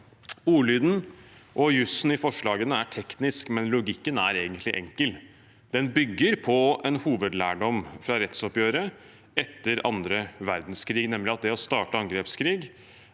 Ordlyden og jussen i forslagene er teknisk, men logikken er egentlig enkel. Den bygger på en hovedlærdom fra rettsoppgjøret etter annen verdenskrig, nemlig at det å starte angrepskrig